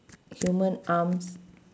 human arms